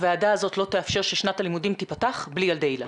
הוועדה הזאת לא תאפשר ששנת הלימודים תיפתח בלי ילדי היל"ה.